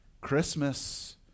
Christmas